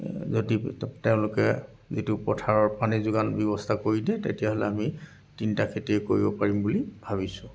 যদি তেওঁলোকে যিটো পথাৰৰ পানী যোগান ব্যৱস্থা কৰি দিয়ে তেতিয়াহ'লে আমি তিনিটা খেতিয়ে কৰিব পাৰিম বুলি ভাবিছোঁ